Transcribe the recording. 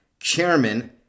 chairman